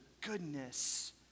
goodness